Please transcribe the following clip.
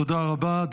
תודה רבה.